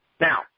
Now